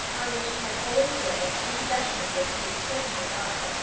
on which he had always lived, in possession of which he would certainly die,